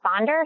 responder